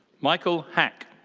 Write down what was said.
michael hack.